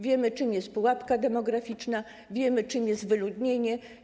Wiemy, czym jest pułapka demograficzna, wiemy, czym jest wyludnienie.